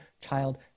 child